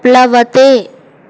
प्लवते